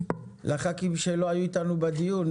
לחברי הכנסת שלא היו אתנו בדיון.